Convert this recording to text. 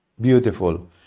beautiful